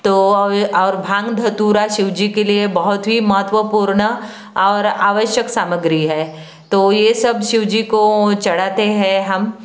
तो और भांग धतूरा शिव जी के लिए बहुत ही महत्वपूर्ण और आवश्यक सामग्री है तो ये सब शिव जी को चढाते हैं हम